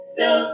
no